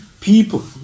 people